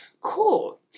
cool